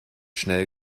schnell